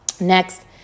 Next